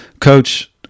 Coach –